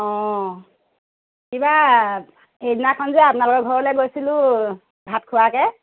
অঁ কিবা সেইদিনাখন যে আপোনালোকৰ ঘৰলৈ গৈছিলোঁ ভাত খোৱাকৈ